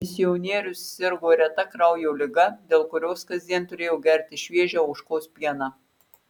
misionierius sirgo reta kraujo liga dėl kurios kasdien turėjo gerti šviežią ožkos pieną